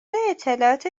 اطلاعات